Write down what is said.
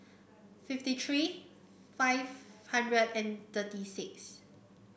fifty three five hundred and thirty six